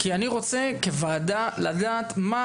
כי אני רוצה כוועדה לדעת מה